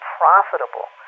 profitable